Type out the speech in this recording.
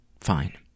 fine